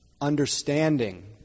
understanding